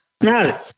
No